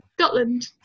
Scotland